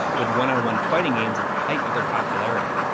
but one ah one fighting games at the height of their popularity,